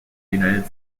united